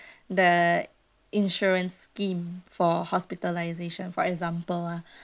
the insurance scheme for hospitalisation for example lah